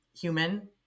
human